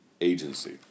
agency